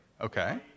Okay